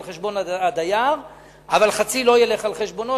חשבון הדייר אבל חצי לא ילך על חשבונו,